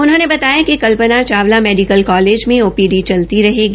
उन्होंने बताया कि कल्पना चावला मेडिकल कालेज मे ओपीडी चलती रहेगी